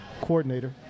coordinator